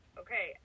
okay